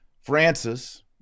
Francis